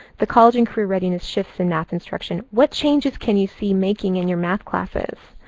the college and career readiness shifts in math instruction, what changes can you see making in your math classes?